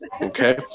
Okay